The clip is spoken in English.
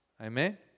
Amen